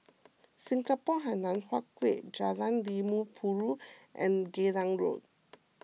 Singapore Hainan Hwee Kuan Jalan Limau Purut and Geylang Road